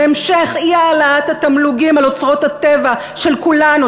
והמשך אי-העלאת התמלוגים על אוצרות הטבע של כולנו,